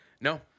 No